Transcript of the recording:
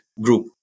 group